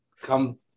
come